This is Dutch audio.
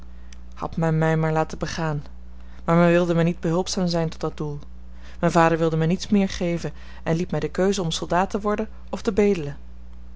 had men mij maar laten begaan maar men wilde mij niet behulpzaam zijn tot dat doel mijn vader wilde mij niets meer geven en liet mij de keuze om soldaat te worden of te bedelen